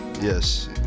Yes